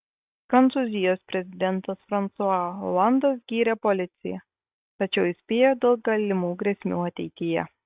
prancūzijos prezidentas fransua olandas gyrė policiją tačiau įspėjo dėl galimų grėsmių ateityje